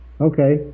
Okay